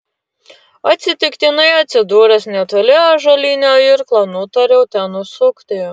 atsitiktinai atsidūręs netoli ąžuolinio irklo nutariau ten užsukti